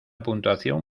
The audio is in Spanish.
puntuación